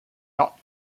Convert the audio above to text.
not